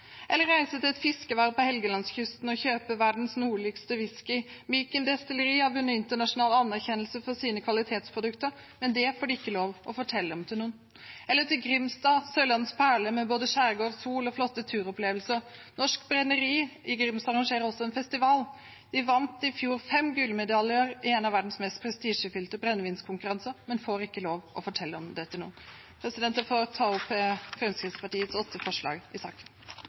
eller reise til et fiskevær på Helgelandskysten og kjøpe verdens nordligste whisky, Myken Destilleri har vunnet internasjonal anerkjennelse for sine kvalitetsprodukter, men det får de ikke lov til å fortelle om til noen, eller til Grimstad, Sørlandets perle med både skjærgård, sol og flotte turopplevelser. Det Norske Brenneri i Grimstad arrangerer også en festival. De vant i fjor fem gullmedaljer i en av verdens mest prestisjefylte brennevinskonkurranser, men får ikke lov til å fortelle om det til noen. Jeg tar opp Fremskrittspartiets åtte forslag i saken.